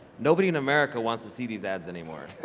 nobody in america wants to see these ads anymore.